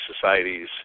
societies